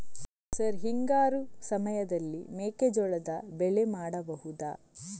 Sir ಹಿಂಗಾರು ಸಮಯದಲ್ಲಿ ಮೆಕ್ಕೆಜೋಳದ ಬೆಳೆ ಮಾಡಬಹುದಾ?